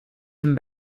him